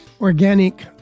organic